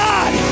God